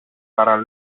παρά